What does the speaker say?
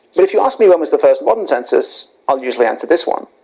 if you ask me when was the first modern census i'll usually answer this one.